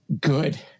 good